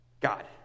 God